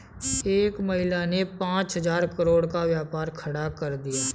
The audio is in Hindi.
एक महिला ने पांच हजार करोड़ का व्यापार खड़ा कर दिया